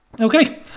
Okay